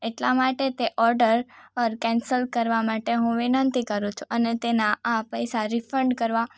એટલા માટે તે ઓર્ડર અર કેન્સલ કરવા માટે હું વિનંતી કરું છું અને તેના આ પૈસા રિફંડ કરવા